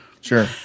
Sure